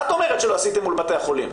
את אומרת שלא עשיתם מול בתי החולים.